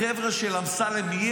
החבר'ה של אמסלם,